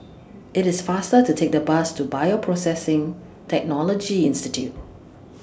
IT IS faster to Take The Bus to Bioprocessing Technology Institute